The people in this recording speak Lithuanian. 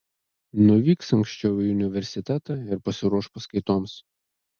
nuvyks anksčiau į universitetą ir pasiruoš paskaitoms